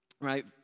Right